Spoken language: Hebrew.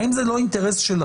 האם זה לא אינטרס שלכם,